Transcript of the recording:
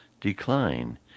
decline